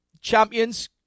champions